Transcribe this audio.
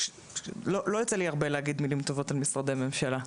לא יוצא לי להגיד הרבה מילים טובות על משרדי הממשלה,